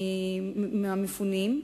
מהמפונים,